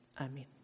Amen